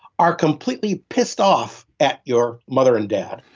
are completely pissed off at your mother and dad